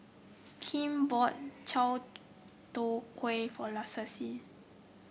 Kem bought Chai Tow Kuay for Lassie